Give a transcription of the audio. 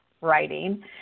writing